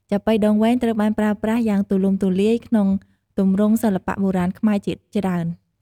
ចាប៉ីដងវែង ត្រូវបានប្រើប្រាស់យ៉ាងទូលំទូលាយក្នុងទម្រង់សិល្បៈបុរាណខ្មែរជាច្រើន។